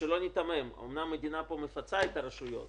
שלא ניתמם, אומנם המדינה פה מפצה את הרשויות